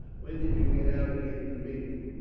when did you get out again from england?